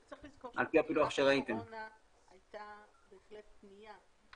צריך לזכור שבתחילת הקורונה הייתה בהחלט פנייה,